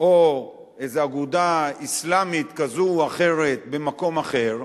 או איזה אגודה אסלאמית כזו או אחרת במקום אחר,